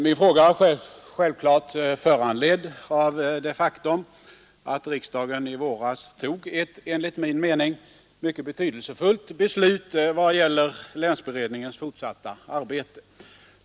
Min fråga var självfallet föranledd av det faktum att riksdagen i våras fattade ett enligt min mening mycket betydelsefullt beslut i vad gäller länsberedningens fortsatta arbete.